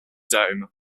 dome